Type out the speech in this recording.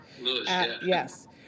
Yes